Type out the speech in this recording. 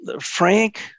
Frank